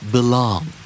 Belong